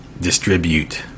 distribute